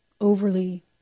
overly